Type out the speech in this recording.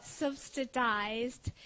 subsidised